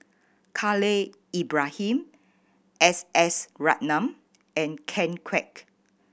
Khalil Ibrahim S S Ratnam and Ken Kwek